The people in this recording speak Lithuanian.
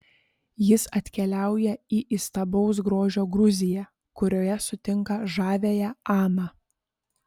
jis atkeliauja į įstabaus grožio gruziją kurioje sutinka žaviąją aną